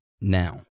now